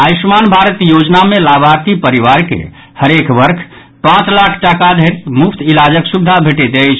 आयुष्मान भारत योजना मे लाभार्थी परिवार के हरेक वर्ष पांच लाख टाका धरि मुफ्त इलाजक सुविधा भेटैत अछि